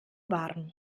warm